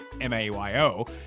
M-A-Y-O